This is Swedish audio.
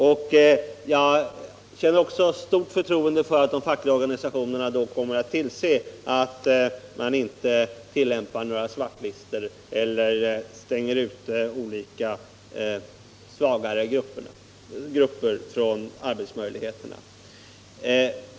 Jag känner likaså stort förtroende för att de fackliga organisationerna kommer att tillse att man inte tillämpar några svartlistor eller stänger ute olika svagare grupper från arbetsmöjligheterna.